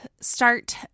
start